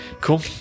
Cool